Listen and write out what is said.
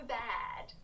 bad